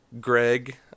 Greg